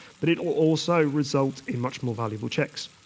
but it will also result in much more valuable checks.